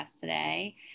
today